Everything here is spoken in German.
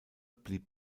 blieb